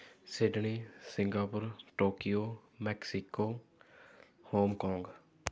Sydney Singapore Tokyo Mexico Hong Kong